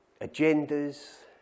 agendas